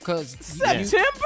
September